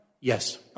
Yes